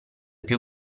più